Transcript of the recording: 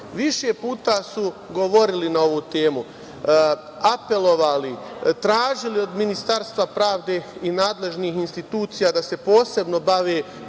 više puta su govorili na ovu temu, apelovali, tražili od Ministarstva pravde i nadležnih institucija da se posebno bave